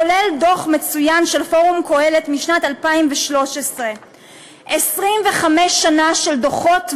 כולל דוח מצוין של "פורום קהלת" משנת 2013. 25 שנה של דוחות ומחקרים.